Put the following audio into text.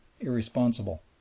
irresponsible